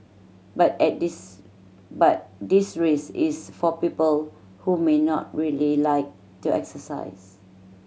but at this but this race is for people who may not really like to exercise